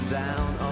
down